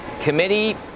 committee